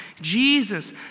Jesus